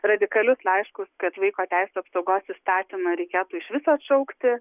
radikalius laiškus kad vaiko teisių apsaugos įstatymą reikėtų išvis atšaukti